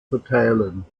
verteilen